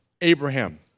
Abraham